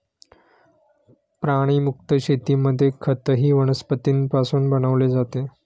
प्राणीमुक्त शेतीमध्ये खतही वनस्पतींपासून बनवले जाते